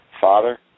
Father